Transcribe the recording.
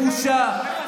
זאת בושה,